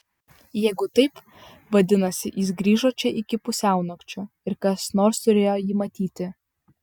jeigu taip vadinasi jis grįžo čia iki pusiaunakčio ir kas nors turėjo jį matyti